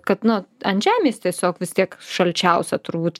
kad nu ant žemės tiesiog vis tiek šalčiausia turbūt